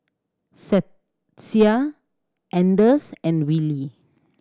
Stacia Anders and Willie